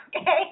okay